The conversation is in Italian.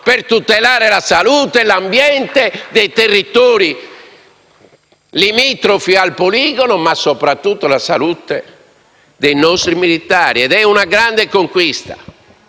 per tutelare la salute e l'ambiente dei territori limitrofi al poligono, ma soprattutto la salute dei nostri militari. *(Applausi